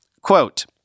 Quote